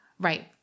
Right